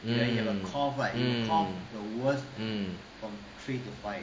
mm mm mm